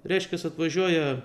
reiškias atvažiuoja